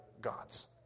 gods